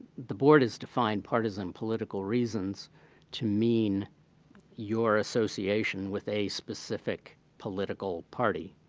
the board has defined partisan political reasons to mean your association with a specific political party.